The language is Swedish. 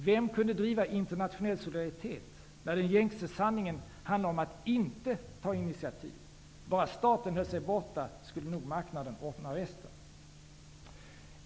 Vem kunde driva frågor om internationell solidaritet, när den gängse sanningen handlade om att inte ta initiativ? Bara staten höll sig borta, skulle nog marknaden ordna resten!